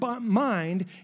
mind